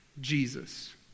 Jesus